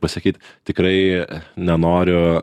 pasakyt tikrai nenoriu